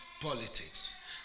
Politics